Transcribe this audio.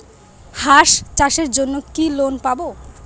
হাঁস চাষের জন্য কি লোন পাব?